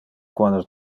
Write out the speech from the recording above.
quando